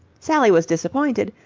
sally was disappointed,